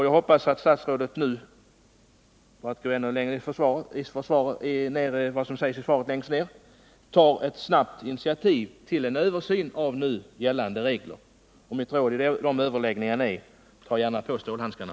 Jag hoppas därför att statsrådet — för att anknyta till vad som sägs i anslutning härtill i svaret — tar ett snabbt initiativ för en översyn av nu gällande regler. Mitt råd inför denna översyn är: Tag gärna på stålhandskarna!